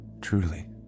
Truly